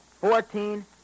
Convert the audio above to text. fourteen